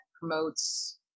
promotes